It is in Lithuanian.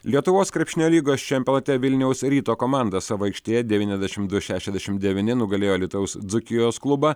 lietuvos krepšinio lygos čempionate vilniaus ryto komanda savo aikštėje devyniasdešim du šešiasdešimt devyni nugalėjo alytaus dzūkijos klubą